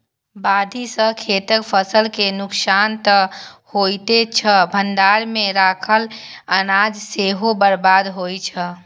बाढ़ि सं खेतक फसल के नुकसान तं होइते छै, भंडार मे राखल अनाज सेहो बर्बाद होइ छै